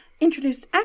introduced